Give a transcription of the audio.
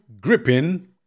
gripping